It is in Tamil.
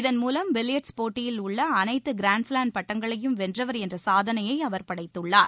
இதன் மூலம் பில்லியட்ஸ் போட்டியில் உள்ள அனைத்து கிரான்ஸ்லாம் பட்டங்களையும் வென்றவர் என்ற சாதனையை அவர் படைத்துள்ளார்